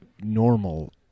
normal